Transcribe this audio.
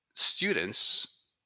Students